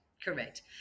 Correct